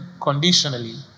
conditionally